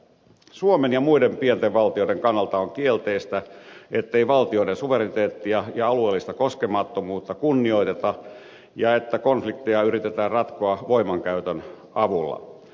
suomen ja muiden pienten valtioiden kannalta on kielteistä ettei valtioiden suvereniteettia ja alueellista koskemattomuutta kunnioiteta ja että konflikteja yritetään ratkoa voimankäytön avulla